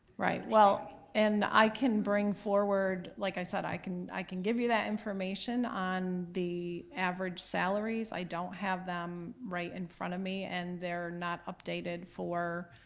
right, well, and i can bring forward, like i said, i can i can give you that information on the average salaries. i don't have them right in front of me and they're not updated for